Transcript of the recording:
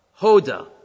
Hoda